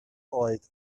oed